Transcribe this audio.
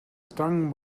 stung